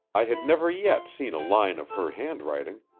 i had never yet seen a line of her handwriting,